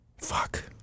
Fuck